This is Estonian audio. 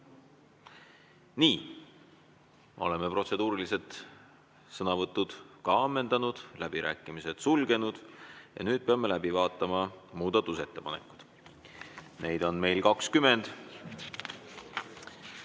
Oleme protseduurilised sõnavõtud ka ammendanud ja läbirääkimised sulgenud. Nüüd peame läbi vaatama muudatusettepanekud. Neid on meil 20.